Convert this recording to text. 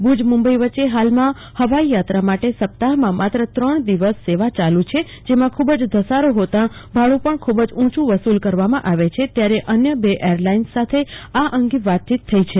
ભુજ મુંબઈ વચ્ચે હાલમાં હવાઈ છાત્રા માટે સપ્તાહમાં માત્ર ત્રણ દિવસ સેવા ચાલુ છે જેમાં ખૂબ જ ધસારો હોતા ભાડું પણ ખૂબ જ ઉંચું વસુલ કરવામાં આવે છે ત્યારે અન્ય બે એરલાઈન્સ સાથે આ અંગે વાતચીત થઈ છે